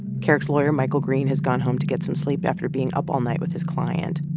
kerrick's lawyer, michael greene, has gone home to get some sleep after being up all night with his client.